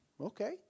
okay